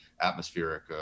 atmospheric